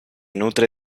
nutre